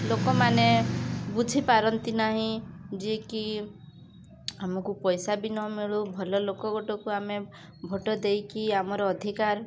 ଲୋକମାନେ ବୁଝିପାରନ୍ତି ନାହିଁ ଯିଏକି ଆମକୁ ପଇସା ବି ନ ମିଳୁ ଭଲ ଲୋକ ଗୋଟେକୁ ଆମେ ଭୋଟ ଦେଇକି ଆମର ଅଧିକାର